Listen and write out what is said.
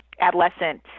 adolescent